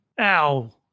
Ow